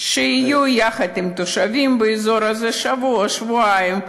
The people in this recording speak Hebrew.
יחד עם התושבים באזור הזה שבוע-שבועיים,